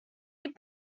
eat